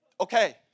Okay